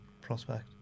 prospect